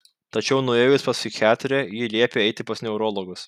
tačiau nuėjus pas psichiatrę ji liepė eiti pas neurologus